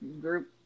group